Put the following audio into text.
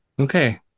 Okay